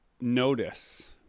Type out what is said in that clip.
notice